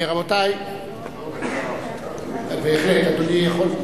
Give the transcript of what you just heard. רבותי, בהחלט, אדוני יכול.